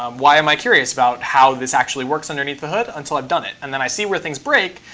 um why am i curious about how this actually works underneath the hood until i've done it? and then i see where things break.